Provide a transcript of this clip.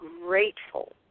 grateful